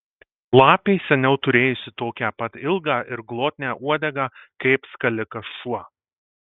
lapė seniau turėjusi tokią pat ilgą ir glotnią uodegą kaip skalikas šuo